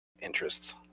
interests